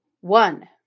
One